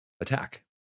attack